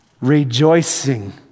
Rejoicing